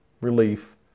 relief